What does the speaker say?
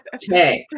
check